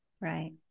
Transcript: right